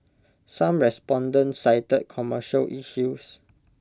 some respondents cited commercial issues